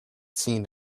seen